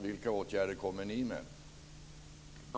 Vilka åtgärder tänker ni vidta?